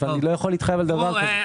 אבל אני לא יכול להתחייב על דבר כזה.